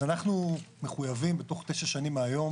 אנחנו מחויבים בתוך תשע שנים מהיום